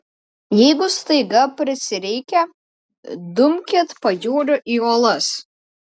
jeigu staiga prisireikia dumkit pajūriu į uolas